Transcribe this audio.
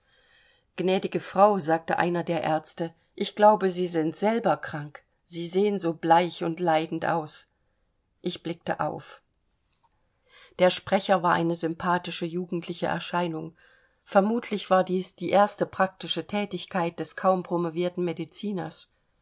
gnädige frau sagte einer der arzte ich glaube sie sind selber krank sie sehen so bleich und leidend aus ich blickte auf der sprecher war eine sympathische jugendliche erscheinung vermutlich war dies die erste praktische thätigkeit des kaum promovierten mediziners